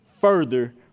further